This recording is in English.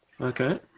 Okay